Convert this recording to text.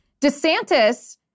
DeSantis